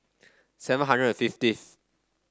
seven hundred and fiftieth